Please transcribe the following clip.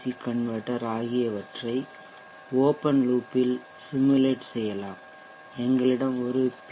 C converter ஆகியவற்றை open loop இல் simulate செய்யலாம் எங்களிடம் ஒரு பி